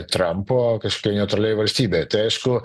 trampo kažkokioj neutralioj valstybėj tai aišku